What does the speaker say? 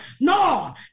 No